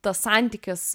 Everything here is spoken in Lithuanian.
tas santykis